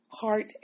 Heart